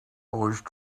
wish